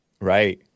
Right